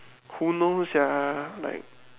who knows sia like